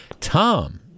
Tom